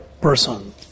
person